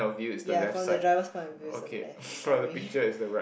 ya from the driver's point of view is on the left sorry